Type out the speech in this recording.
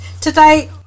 today